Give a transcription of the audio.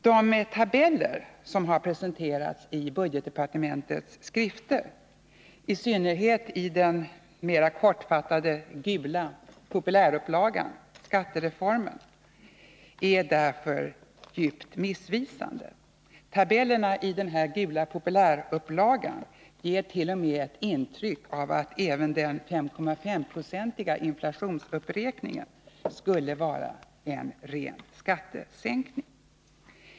De tabeller som här presenterats i budgetdepartementets skrifter, i synnerhet i den mer kortfattade gula populärupplagan Skattereformen, är därför djupt missvisande. Tabellerna i den gula populärupplagan ger t.o.m. intryck av att även den 5,5-procentiga inflationsuppräkningen skulle vara en ren skattesänkning.